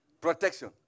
protection